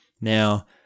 Now